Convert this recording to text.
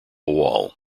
wall